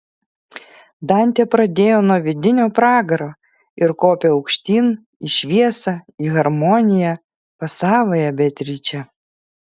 dantė pradėjo nuo vidinio pragaro ir kopė aukštyn į šviesą į harmoniją pas savąją beatričę